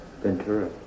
Ventura